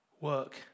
work